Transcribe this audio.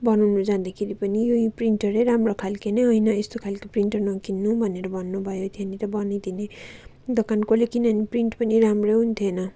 बनाउनु जाँदाखेरि पनि ऊ यो प्रिन्टरै राम्रो खाले नै हैन यस्तो खाले प्रिन्टर नकिन्नु भनेर भन्नु भयो त्यहाँनिर बनाइदिने दोकानकोले किनभने प्रिन्ट पनि राम्रै हुन्थेन